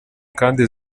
kandi